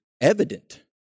evident